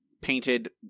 painted